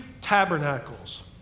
tabernacles